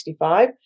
1965